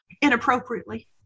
inappropriately